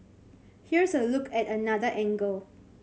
here's a look at another angle